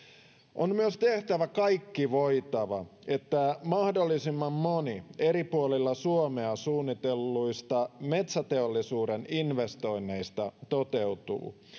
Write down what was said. on myös tehtävä kaikki voitava että mahdollisimman moni eri puolilla suomea suunnitelluista metsäteollisuuden investoinneista toteutuu